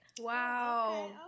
Wow